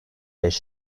beş